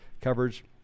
coverage